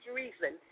reason